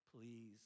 please